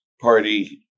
party